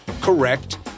correct